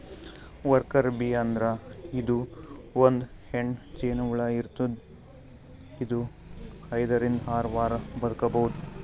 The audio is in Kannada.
ವರ್ಕರ್ ಬೀ ಅಂದ್ರ ಇದು ಒಂದ್ ಹೆಣ್ಣ್ ಜೇನಹುಳ ಇರ್ತದ್ ಇದು ಐದರಿಂದ್ ಆರ್ ವಾರ್ ಬದ್ಕಬಹುದ್